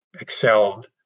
excelled